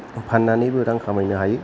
फान्नानैबो रां खामायनो हायो